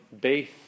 base